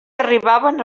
arribaven